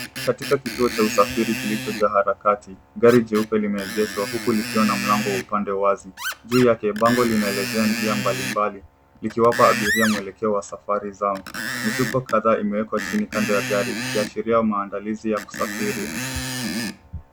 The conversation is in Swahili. Katika kituo cha usafiri kilicho jaa harakati, gari jeupe limeegeshwa huku likiwa na mlango upande uwazi, juu yake bango linaloelezea njia mbalimbali, likiwapa abiria mwelekeo wa safari zao, mifuko kadhaa imewekwa chini kando ya gari ikiashiria maandalizi ya kusafiri.